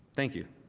thank you